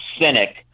cynic